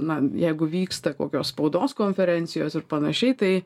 na jeigu vyksta kokios spaudos konferencijos ir panašiai tai